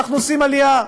אנחנו עושים עלייה,